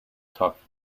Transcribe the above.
talking